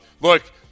look